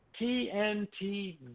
TNT